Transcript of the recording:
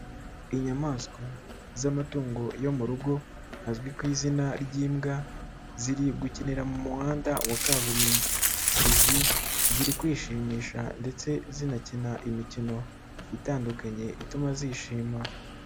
Inyamaswa z'amatungo yo mu rugo, azwi ku izina ry'imbwa ziri gukinira mu muhanda wa kaburimbo, izi ziri kwishimisha ndetse zinakina imikino itandukanye ituma zishima.